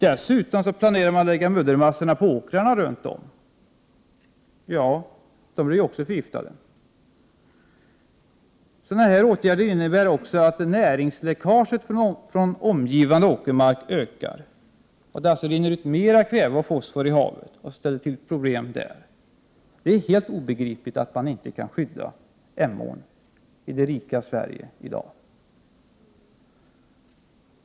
Man planerar dessutom att lägga muddermassorna på åkrarna, och då blir också dessa förgiftade. Sådana åtgärder innebär vidare att näringsläckaget från den omgivande åkermarken ökar. Det rinner mer kväve och fosfor ut i havet, och detta ställer till problem. Det är helt obegripligt att man i det rika Sverige i dag inte kan skydda Emån.